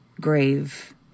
grave